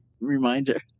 reminder